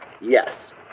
Yes